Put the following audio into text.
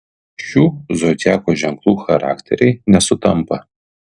šių zodiako ženklų charakteriai nesutampa